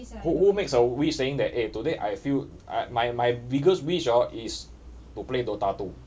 who who makes a wish saying that eh today I feel I my my biggest wish hor is to play dota two